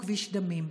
הוא כביש דמים.